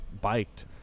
biked